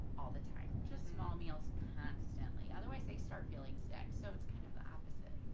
all the time just small meals constantly otherwise they start feeling sick, so it's kind of the opposite.